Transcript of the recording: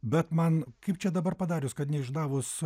bet man kaip čia dabar padarius kad neišdavus